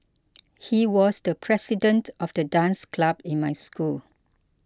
he was the president of the dance club in my school